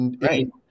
right